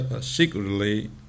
secretly